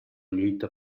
lluita